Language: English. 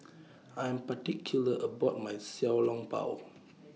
I Am particular about My Xiao Long Bao